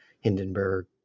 Hindenburg